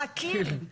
אה, קיל.